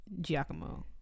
Giacomo